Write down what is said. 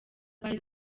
bari